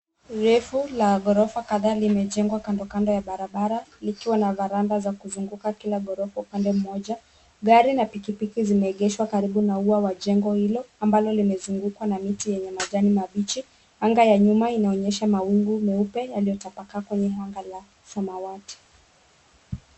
Urefu la ghorofa kadhaa imejengwa kando kando ya barabara likiwa na varanda za kuzunguka kila gorofa upande mmoja. Gari na pikipiki zimeegeshwa karibu na ua wa jengo hilo ambalo limezungukwa na miti yenye majani mabichi. Anga ya nyuma inaonyesha mawingu meupe yaliyotapakaa kwenye anga la samawati.